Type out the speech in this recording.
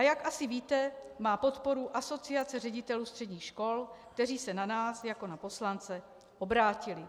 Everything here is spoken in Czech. Jak asi víte, má podporu Asociace ředitelů středních škol, kteří se na nás jako na poslance obrátili.